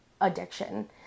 addiction